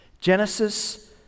Genesis